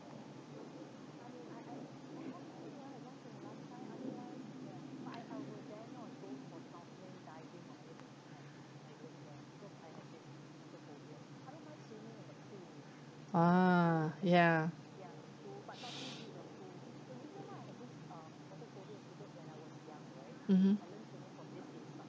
ah ya mmhmm